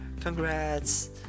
congrats